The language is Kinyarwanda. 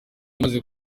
imaze